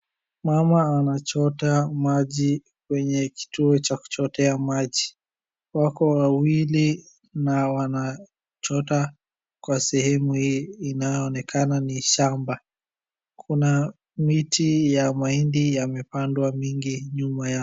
Mama anachota maji kwenye kituo cha kuchotea maji , wako wawili na wanachota kwa sehemu hii inaonekana ni shamba. Kuna miti ya mahindi yamepandwa mingi nyuma yao.